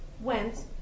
went